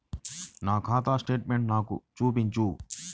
నా ఖాతా స్టేట్మెంట్ను నాకు చూపించు